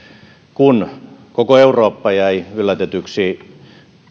kun koko eurooppa jäi yllätetyksi